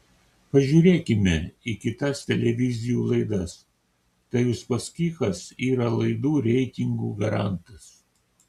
pažiūrėkime į kitas televizijų laidas tai uspaskichas yra laidų reitingų garantas